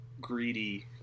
greedy